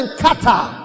qatar